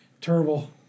Terrible